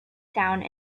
sound